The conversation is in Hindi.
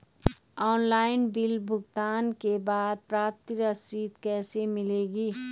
ऑनलाइन बिल भुगतान के बाद प्रति रसीद कैसे मिलेगी?